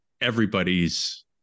everybody's